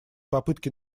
попытки